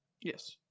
Yes